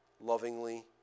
lovingly